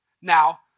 Now